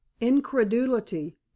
incredulity